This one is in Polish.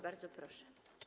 Bardzo proszę.